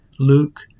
Luke